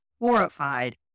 horrified